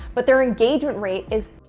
but their engagement rate is